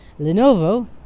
Lenovo